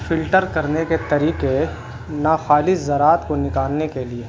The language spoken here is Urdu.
فلٹر کرنے کے طریقے ناخالی زراعت کو نکالنے کے لیے